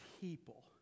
people